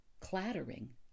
clattering